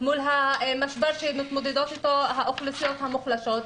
מול המשבר שמתמודדות איתו האוכלוסיות המוחלשות.